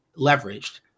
leveraged